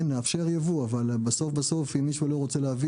נאפשר ייבוא אבל בסוף אם מישהו לא רוצה להביא